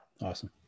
Awesome